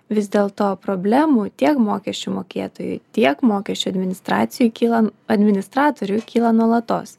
vis dėlto problemų tiek mokesčių mokėtojui tiek mokesčių administracijoj kyla administratoriui kyla nuolatos